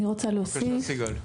בבקשה, סיגל.